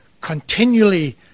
Continually